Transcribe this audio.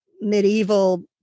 medieval